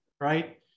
right